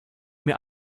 mir